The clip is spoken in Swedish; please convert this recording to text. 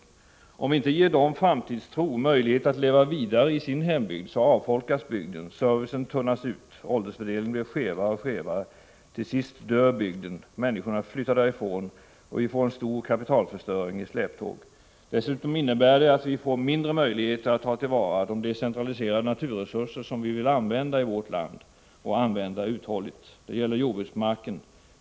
Om vi inte ger dem framtidstro, möjlighet att leva vidare i sin hembygd, så avfolkas bygden, servicen tunnas ut, åldersfördelningen blir skevare och skevare och till sist dör bygden. Människorna flyttar därifrån, och vi får en stor kapitalförstöring i släptåg. Dessutom innebär det att vi får mindre möjligheter att ta till vara de decentraliserade naturresurser som vi vill använda i vårt land och använda uthålligt. Det gäller att sköta jordbruksmarken.